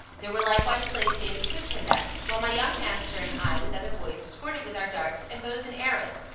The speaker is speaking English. there were likewise slaves daily to attend us, while my young master and i with other boys sported with our darts and bows and arrows,